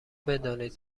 بدانید